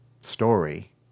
story